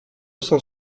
cent